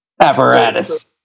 apparatus